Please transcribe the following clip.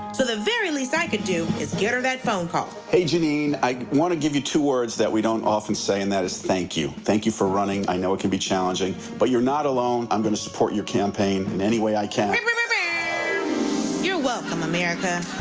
so the very least i could do is get her that phone call. hey jeannine, i want to give you two words that we don't often say and that is thank you. thank you for running. i know it can be challenging, but you're not alone. i'm going to support your campaign in any way i can. you're welcome, america.